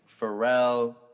Pharrell